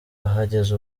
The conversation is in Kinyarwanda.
ahageze